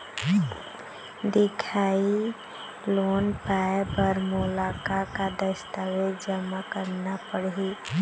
दिखाही लोन पाए बर मोला का का दस्तावेज जमा करना पड़ही?